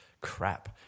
crap